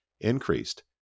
increased